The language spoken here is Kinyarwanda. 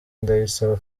ndayisaba